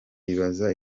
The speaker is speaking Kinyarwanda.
yibaza